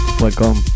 Welcome